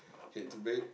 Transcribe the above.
head to bed